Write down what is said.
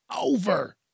over